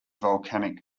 volcanic